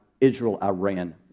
Israel-Iran